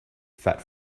fat